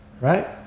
Right